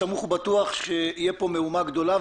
סמוך ובטוח שיהיה פה מהומה גדולה,